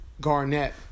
Garnett